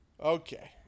Okay